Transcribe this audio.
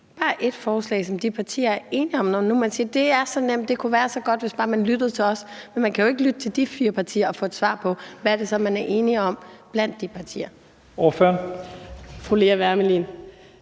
bare et, forslag, som de partier er enige om, når nu man siger, at det er så nemt, og at det kunne være så godt, hvis bare man lyttede til os? Men man kan jo ikke lytte til de fire partier og få et svar på, hvad det så er, man er enige om blandt de partier. Kl. 11:59 Første